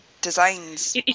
designs